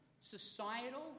societal